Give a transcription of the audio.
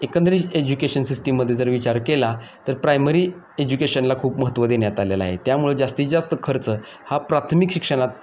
एकंदरीज education सिस्टीममध्ये जर विचार केला तर प्रायमरी एज्युकेशनला खूप महत्व देण्यात आलेलं आहे त्यामुळे जास्तीत जास्त खर्च हा प्राथमिक शिक्षणात